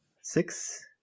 six